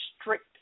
strict